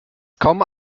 kommen